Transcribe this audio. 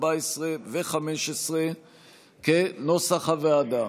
14 ו-15 כנוסח הוועדה.